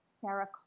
Sarah